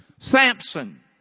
Samson